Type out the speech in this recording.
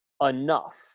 enough